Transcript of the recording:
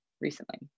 recently